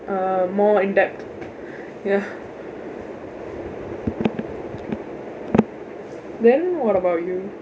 uh more in depth ya then what about you